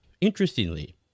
interestingly